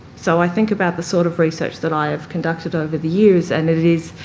so i think about the sort of research that i have conducted over the years, and it is